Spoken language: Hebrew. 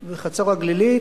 חצור-הגלילית.